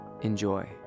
Enjoy